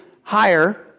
higher